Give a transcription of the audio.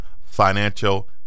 financial